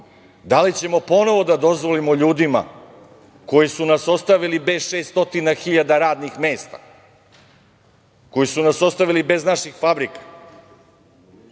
da li ćemo ponovo da dozvolimo ljudima koji su nas ostavili bez 600 hiljada radnih mesta, koji su nas ostavili bez naših fabrika.